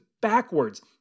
backwards